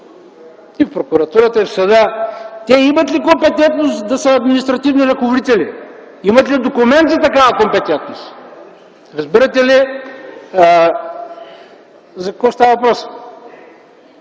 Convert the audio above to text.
и в прокуратурата, и в съда, те имат ли компетентност да са административни ръководители? Имат ли документ за такава компетентност? Разбирате ли за какво става въпрос?